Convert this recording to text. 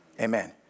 Amen